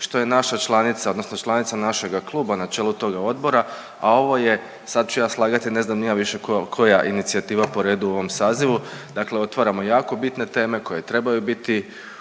što je naša članica odnosno članica našega kluba na čelu toga odbora, a ovo je, sad ću ja slagati, ne znam ni ja više koja, koja je inicijativa po redu u ovom sazivu, dakle otvaramo jako bitne teme koje trebaju biti